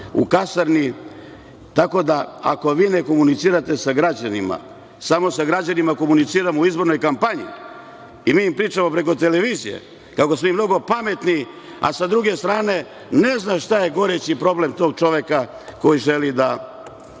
u kasarni. Tako da, ako vi ne komunicirate sa građanima, samo sa građanima komuniciramo u izbornoj kampanji i mi im pričamo preko televizije kako smo mi mnogo pametni, a sa druge strane ne zna šta je gorući problem tog čoveka koji želi da